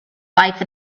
life